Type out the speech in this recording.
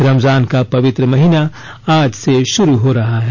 रमजान का पवित्र महीना आज से शुरू हो रहा है